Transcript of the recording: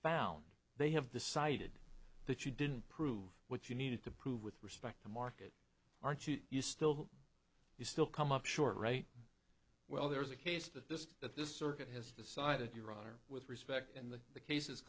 found they have decided that you didn't prove what you needed to prove with respect to market aren't you you still you still come up short right well there is a case to this that this circuit has decided your honor with respect and the the case